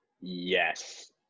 yes